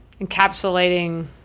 encapsulating